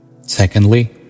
Secondly